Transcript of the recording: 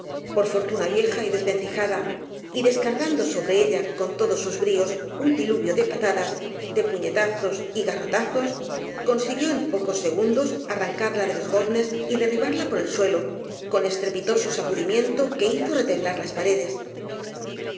por fortuna vieja y desven cijada y descargando sobre ella con todos sus bríos un diluvio de patadas de puñetazos y ga rrotazos consiguió en pocos segundos arrancarla de los goznes y derribarla por el suelo con estre pitoso sacudimiento que hizo retemblar las